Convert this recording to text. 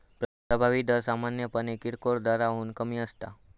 प्रभावी दर सामान्यपणे किरकोळ दराहून कमी असता